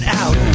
out